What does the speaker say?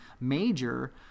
major